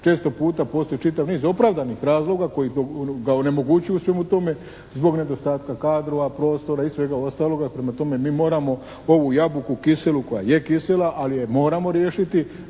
često puta postoji čitav niz opravdanih razloga koji ga onemogućuju u svemu tome zbog nedostatka kadrova, prostora i svega ostaloga. Prema tome mi moramo ovu jabuku kiselu koja je kisela, ali je moramo riješiti.